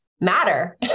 matter